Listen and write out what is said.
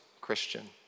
Christian